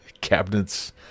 cabinets